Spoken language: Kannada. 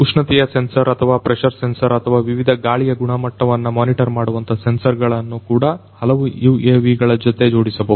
ಉಷ್ಣತೆಯ ಸೆನ್ಸರ್ ಅಥವಾ ಪ್ರೆಷರ್ ಸೆನ್ಸರ್ ಅಥವಾ ವಿವಿಧ ಗಾಳಿಯ ಗುಣಮಟ್ಟವನ್ನು ಮೋನಿಟರ್ ಮಾಡುವಂತ ಸೆನ್ಸರ್ ಗಳನ್ನು ಕೂಡ ಹಲವು UAV ಗಳ ಜೊತೆ ಜೋಡಿಸಬಹುದು